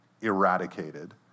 eradicated